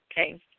Okay